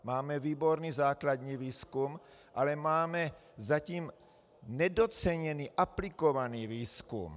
Máme výborný základní výzkum, ale máme zatím nedoceněný aplikovaný výzkum.